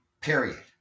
Period